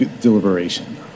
deliberation